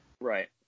Right